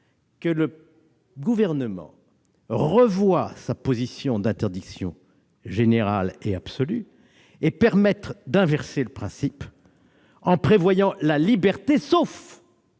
que le Gouvernement revoie sa position d'interdiction générale et absolue et permette d'inverser le principe, en prévoyant la liberté, sauf